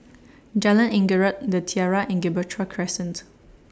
Jalan Anggerek The Tiara and Gibraltar Crescent